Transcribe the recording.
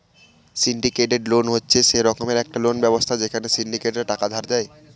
syndicated loan হচ্ছে সে রকমের একটা লোন ব্যবস্থা যেখানে সিন্ডিকেটরা টাকা ধার দেয়